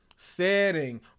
setting